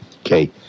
Okay